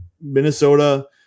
Minnesota